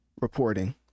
reporting